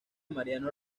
mariano